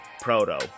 Proto